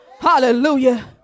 Hallelujah